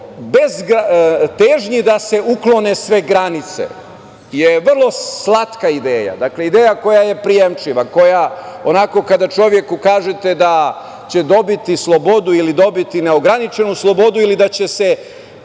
kao težnji da se uklone sve granice je vrlo slatka ideja, dakle ideja koja je prijemčiva, koja onako kada čoveku kažete da će dobiti slobodu ili dobiti neograničenu slobodu ili da će se